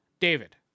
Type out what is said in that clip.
David